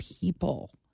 people